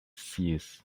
seers